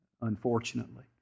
unfortunately